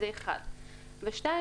כמו כן,